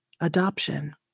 adoption